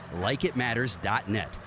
LikeItMatters.net